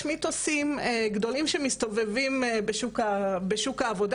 יש מיתוסים גדולים שמסתובבים בשוק העבודה